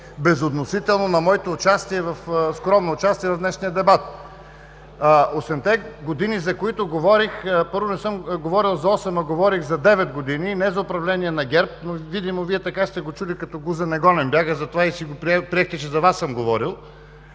безотносително на моето скромно участие в днешния дебат. Осемте години, за които говорих. Първо, не съм говорил за осем, а говорих за девет години и не за управление на ГЕРБ, но видимо Вие така сте го чули като „гузен негоден бяга“. Затова приехте, че съм говорил